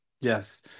Yes